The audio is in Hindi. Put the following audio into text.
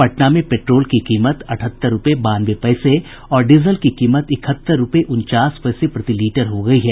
पटना में पेट्रोल की कीमत अठहत्तर रूपये बानवे पैसे और डीजल की कीमत इकहत्तर रूपये उनचास पैसे प्रति लीटर हो गयी है